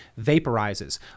vaporizes